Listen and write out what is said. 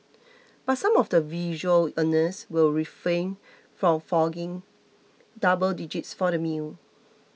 but some of the visual earners will refrain from forking double digits for the meal